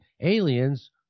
aliens